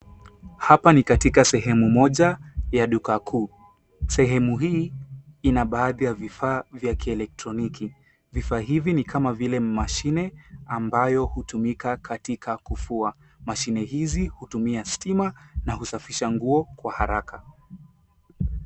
Hapa ni katika sehemu moja ya duka kuu. Sehemu hii ina baadhi ya vifaa vya kielektroniki. Vifaa hivi ni kama vile mashine ambayo hutumika katika kufua. Mashine hizi hutumia stima na husafisha nguo kwa haraka.